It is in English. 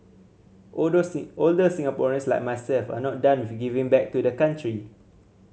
older older Singaporeans like myself are not done with giving back to the country